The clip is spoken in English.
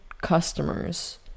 customers